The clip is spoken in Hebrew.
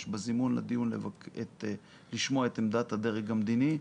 בזימון לדיון לשמוע את עמדת הדרג המדיני,